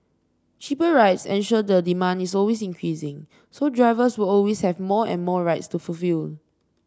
cheaper rides ensure the demand is always increasing so drivers will always have more and more rides to fulfil